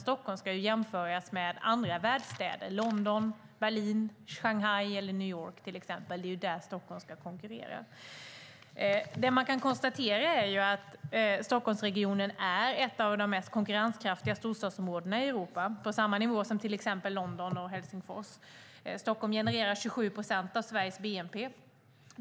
Stockholm ska jämföras med andra världsstäder som London, Berlin, Shanghai eller New York till exempel. Det är där som Stockholm ska konkurrera. Stockholmsregionen är ett av de mest konkurrenskraftiga storstadsområdena i Europa, på samma nivå som till exempel London och Helsingfors. Stockholm genererar 27 procent av Sveriges bnp.